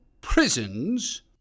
prisons